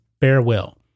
Farewell